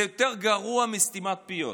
זה יותר גרוע מסתימת פיות.